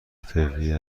فوریه